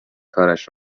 کارش